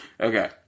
Okay